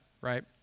right